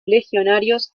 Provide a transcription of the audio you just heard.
legionarios